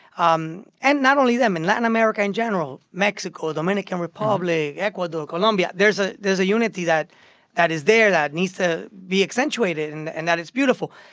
um and not only them, in latin america in general mexico, dominican republic, ecuador, colombia, there's ah a unity that that is there that needs to be accentuated and and that is beautiful.